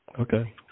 Okay